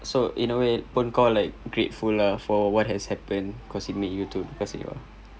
so in a way pun kau like grateful lah for what has happened because it made you too because